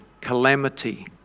calamity